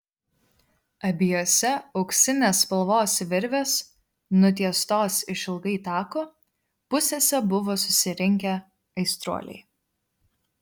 abiejose auksinės spalvos virvės nutiestos išilgai tako pusėse buvo susirinkę aistruoliai